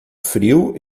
frio